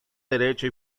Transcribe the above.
derecho